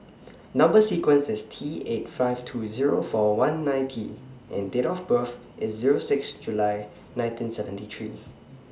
Number sequence IS T eight five two Zero four one nine T and Date of birth IS Zero six July nineteen seventy three